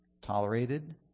tolerated